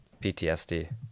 PTSD